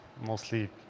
mostly